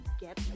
get